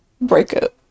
breakup